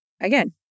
Again